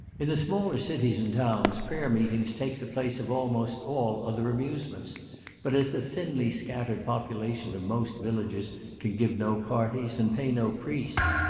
in the smaller cities and towns prayer-meetings take the place of almost all other amusements but as the thinly scattered population of most villages can give no parties, and pay no priests,